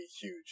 huge